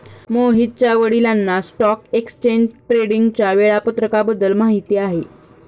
मोहितच्या वडिलांना stock exchange ट्रेडिंगच्या वेळापत्रकाबद्दल माहिती आहे